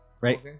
right